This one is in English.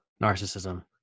narcissism